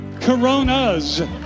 coronas